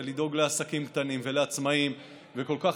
ולדאוג לעסקים קטנים ולעצמאים ולכל כך